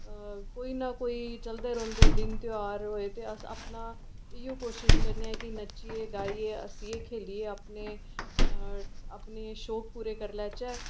कोई न कोई चलदे रौंह्दे दिन तेहार होए ते अस अपना इ'यो कोशिश करने आं कि नच्चिये गाइयै हस्सियै खेढियै अपने अपने शौक पूरे करी लैह्चे